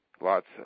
lots